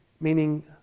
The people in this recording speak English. Meaning